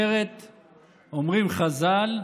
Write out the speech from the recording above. אומרים חז"ל: